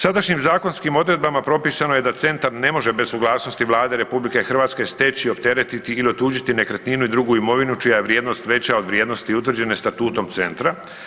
Sadašnjim zakonskim odredbama propisano je da centar ne može bez suglasnosti Vlade RH steći, opteretiti ili otuđiti nekretninu i drugu imovinu čija je vrijednost veća od vrijednosti utvrđene statutom centra.